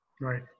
Right